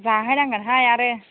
जाहोनांगोन हाय आरो